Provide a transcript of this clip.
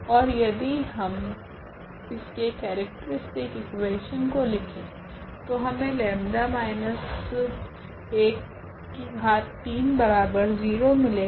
ओर यदि हम इसके केरेक्ट्रीस्टिक इकुवेशन को लिखे तो हमे 𝜆 130 मिलेगे